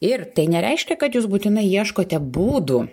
ir tai nereiškia kad jūs būtinai ieškote būdų